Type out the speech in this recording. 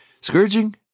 Scourging